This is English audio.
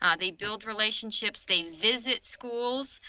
ah they build relationships, they visit schools,